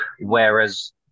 Whereas